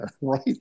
right